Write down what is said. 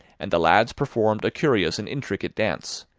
and the lads performed a curious and intricate dance,